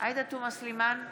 עאידה תומא סלימאן,